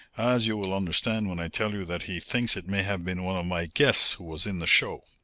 as you will understand when i tell you that he thinks it may have been one of my guests who was in the show.